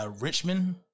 Richmond